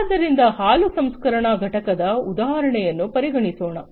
ಆದ್ದರಿಂದ ಹಾಲು ಸಂಸ್ಕರಣಾ ಘಟಕದ ಉದಾಹರಣೆಯನ್ನು ಪರಿಗಣಿಸೋಣ